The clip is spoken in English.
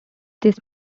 this